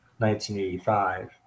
1985